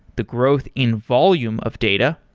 the growth in volume of data,